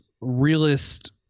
realist